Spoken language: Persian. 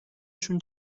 شون